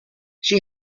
she